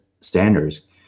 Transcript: standards